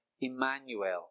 Emmanuel